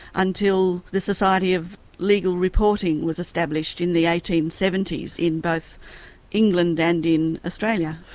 until the society of legal reporting was established in the eighteen and seventy s in both england and in australia.